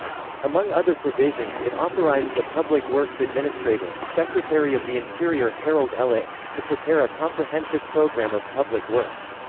among other provisions it authorized the public works administrator, secretary of the interior harold l. ickes, to prepare a comprehensive program of public works.